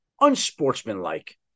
unsportsmanlike